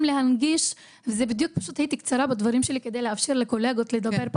הייתי קצרה בדברים שלי כדי לאפשר לקולגות לדבר,